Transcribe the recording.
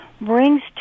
brings